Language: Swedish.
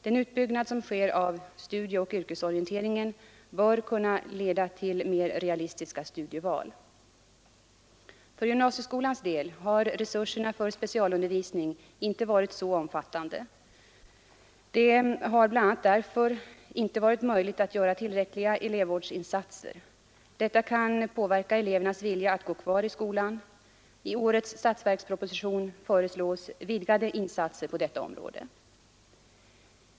Den utbyggnad som sker av studieoch yrkesorienteringen bör kunna leda till mer realistiska studieval. För gymnasieskolans del har resurserna för specialundervisning inte varit så omfattande. Det har bl.a. därför inte varit möjligt att göra tillräckliga elevvårdsinsatser. Även detta kan påverka elevernas vilja att gå kvar i skolan. I årets statsverksproposition föreslås utvidgade insatser på detta område.